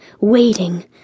waiting